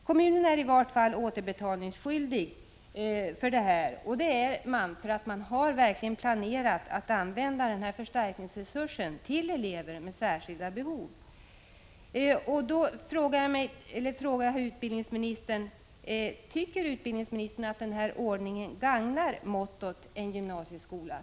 Kommunen är i vart fall återbetalningsskyldig därför att man verkligen planerat att använda förstärkningsresursen till elever med särskilda behov.